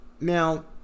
now